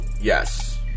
yes